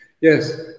Yes